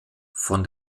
von